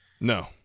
No